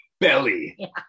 belly